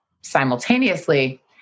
Simultaneously